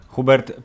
Hubert